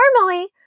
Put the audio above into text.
normally